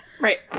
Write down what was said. Right